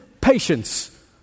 patience